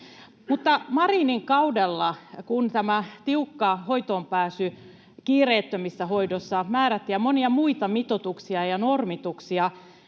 Marinin kaudellahan, kun määrättiin tämä tiukka hoitoonpääsy kiireettömissä hoidoissa ja monia muita mitoituksia ja normituksia,